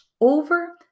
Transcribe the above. over